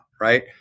right